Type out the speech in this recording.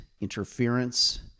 interference